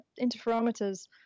interferometers